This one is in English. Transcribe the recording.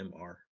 MR